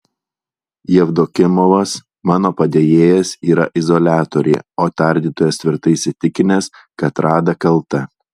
jevdokimovas mano padėjėjas yra izoliatoriuje o tardytojas tvirtai įsitikinęs kad rada kalta